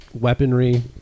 weaponry